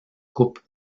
coupe